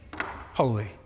holy